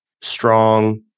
strong